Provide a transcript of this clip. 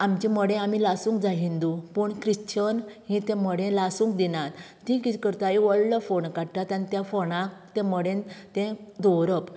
आमचें मडें आमी लासूंक जाय हिंदू पूण क्रश्चन तें मडें लासूंक दिनात तीं किदें करतात एक व्हडलो फोंड काडटात आनी फोंडांत तें मडें तें दवरप